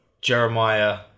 Jeremiah